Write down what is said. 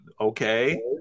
okay